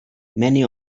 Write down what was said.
many